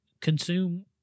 consume